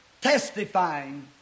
testifying